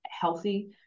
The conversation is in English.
healthy